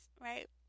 right